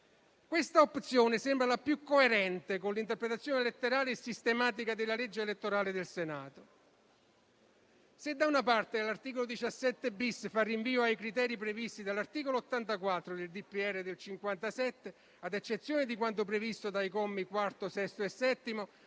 Questa opzione sembra la più coerente con l'interpretazione letterale e sistematica della legge elettorale del Senato: se, da una parte, l'articolo 17*-bis* fa rinvio ai criteri previsti dall'articolo 84 del decreto del Presidente della Repubblica del 1957, ad eccezione di quanto previsto dai commi 4, 6 e 7,